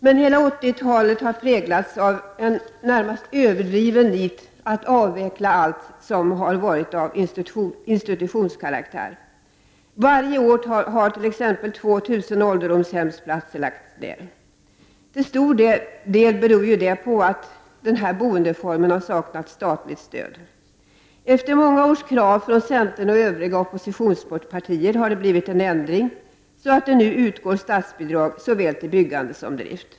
Men hela 80-talet har präglats av ett närmast överdrivet nit att avveckla allt som har varit av institutionskaraktär. Varje år har t.ex. 2 000 ålderdomshemsplatser lagts ned. Till stor del beror det på att denna boendeform har saknat statligt stöd. Efter många års krav från centern och övriga oppositionspartier har det blivit en ändring, så att det nu utgår statsbidrag såväl till byggande som till drift.